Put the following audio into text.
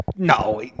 No